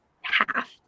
half